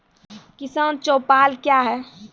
किसान चौपाल क्या हैं?